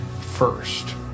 first